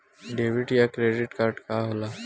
Debit या credit card का होला?